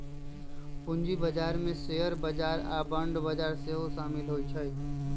पूजी बजार में शेयर बजार आऽ बांड बजार सेहो सामिल होइ छै